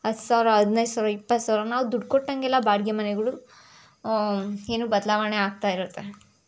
ಹತ್ತು ಸಾವಿರ ಹದಿನೈದು ಸಾವಿರ ಇಪ್ಪತ್ತು ಸಾವಿರ ನಾವು ದುಡ್ಡು ಕೊಟ್ಟಂಗೆಲ್ಲ ಬಾಡಿಗೆ ಮನೆಗಳು ಏನು ಬದಲಾವಣೆ ಆಗ್ತಾ ಇರುತ್ತೆ